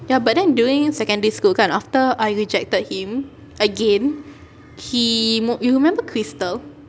ya but then during secondary school kan after I rejected him again he you remember crystal